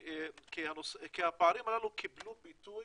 הפערים קיבלו ביטוי,